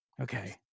okay